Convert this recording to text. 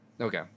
Okay